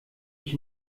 ich